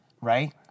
right